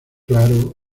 claro